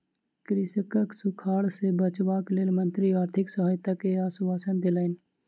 कृषकक सूखाड़ सॅ बचावक लेल मंत्री आर्थिक सहायता के आश्वासन देलैन